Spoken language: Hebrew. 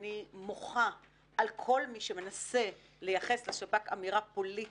אני מוחה על כל מי שמנסה לייחס לשב"כ אמירה פוליטית,